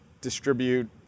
distribute